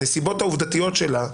הנסיבות העובדתיות שלה,